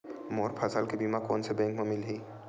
मोर फसल के बीमा कोन से बैंक म मिलही?